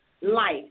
life